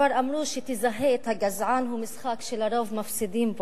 כבר אמרו ש"זהה את הגזען" הוא משחק שלרוב מפסידים בו.